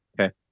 Okay